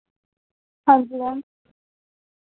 हांजी मैम